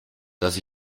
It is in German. dass